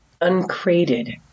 uncrated